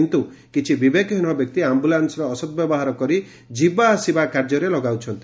କିନ୍ତୁ କିଛି ବିବେକହୀନ ବ୍ୟକ୍ତି ଆମ୍ବଲାନ୍ବର ଅସଦ୍ ବ୍ୟବହାର କରି ଯିବା ଆସିବା କାର୍ଯ୍ୟରେ ଲଗାଉଛନ୍ତି